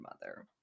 mother